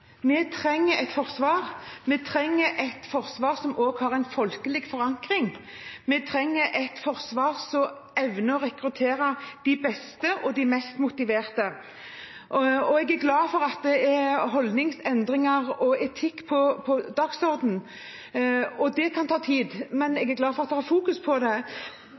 Vi trenger et forsvar, vi trenger et forsvar som også har en folkelig forankring, og vi trenger et forsvar som evner å rekruttere de beste og de mest motiverte. Jeg er glad for at holdningsendringer og etikk er på dagsordenen. Det kan ta tid, men jeg er glad for at man fokuserer på det,